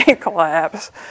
collapse